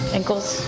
Ankles